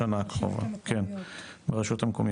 הולך להיות איתם בשנה הקרובה ברשויות המקומיות.